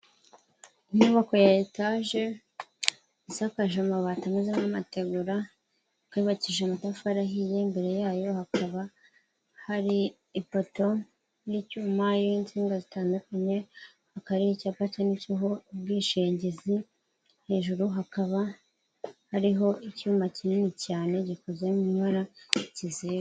Inyubako ya etaje isakaje amabati ameze nk'amategura ikaba yubakishije amatafari ahiye, imbere yayo hakaba hari ipoto y'icyuma y'insinga zitandukanye, haka hari icyapa cyanditseho ubwishingizi, hejuru hakaba hariho icyuma kinini cyane gikoze mu ibara cy'ikizeru.